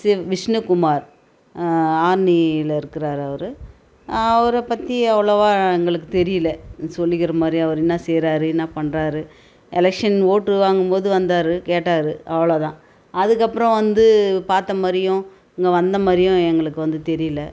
ஸ்ரீ விஷ்ணுகுமார் ஆர்மியில இருக்கறார் அவர் அவரை பற்றி அவ்வளோவா எங்களுக்கு தெரியிலை சொல்லிக்கிற மாதிரி அவர் என்ன செய்றார் என்ன பண்றார் எலக்ஷன் ஓட்டு வாங்கும்போது வந்தார் கேட்டார் அவ்வளோ தான் அதுக்கப்புறோம் வந்து பார்த்த மாதிரியும் இங்கே வந்த மாதிரியும் எங்களுக்கு வந்து தெரியல